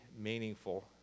meaningful